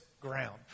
ground